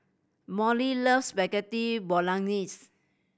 Molly loves Spaghetti Bolognese